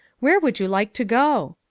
where would you like to go?